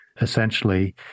Essentially